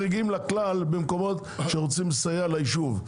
יש חריגים לכלל במקומות שרוצים לסייע ליישוב.